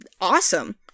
awesome